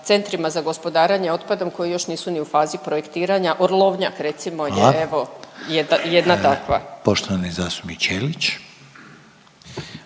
centrima za gospodarenje otpadom koji još nisu ni u fazi projektiranje. Orlovnjak recimo je evo jedna takva. **Reiner, Željko